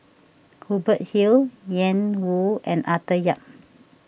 Hubert Hill Ian Woo and Arthur Yap